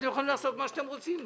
אתם יכולים לעשות מה שאתם רוצים,